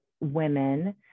women